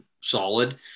solid